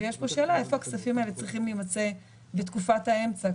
ויש פה שאלה איפה הכספים האלה צריכים להימצא בתקופת האמצע,